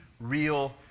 real